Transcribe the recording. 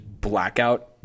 blackout